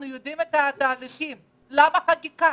אנחנו יודעים את התהליכים ולמה חקיקה?